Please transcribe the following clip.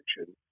action